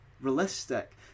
realistic